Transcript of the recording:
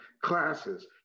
classes